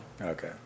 Okay